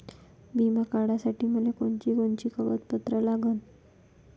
बिमा काढासाठी मले कोनची कोनची कागदपत्र लागन?